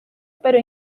pero